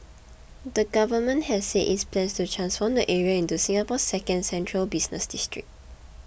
the government has said its plans to transform the area into Singapore's second central business district